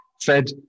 fed